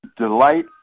delight